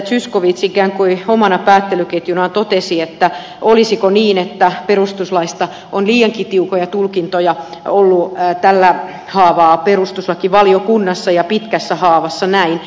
zyskowicz ikään kuin omana päättelyketjunaan totesi että olisiko niin että perustuslaista on liiankin tiukkoja tulkintoja ollut tällä haavaa perustuslakivaliokunnassa ja pitkässä haavassa näin